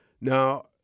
Now